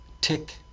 tick